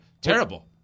Terrible